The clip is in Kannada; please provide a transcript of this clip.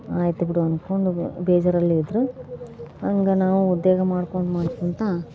ಆಯ್ತು ಬಿಡು ಅಂದ್ಕೊಂಡು ಬೇಜಾರಲ್ಲಿ ಇದ್ದರು ಹಂಗೆ ನಾವು ಉದ್ಯೋಗ ಮಾಡ್ಕೊಂಡು ಮಾಡ್ಕೊಂತ